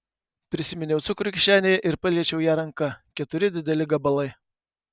prisiminiau cukrų kišenėje ir paliečiau ją ranka keturi dideli gabalai